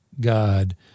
God